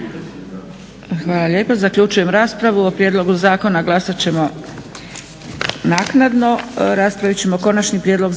Hvala lijepa. Zaključujem raspravu. O prijedlogu zakona glasati ćemo naknadno. **Leko, Josip (SDP)** Konačni prijedlog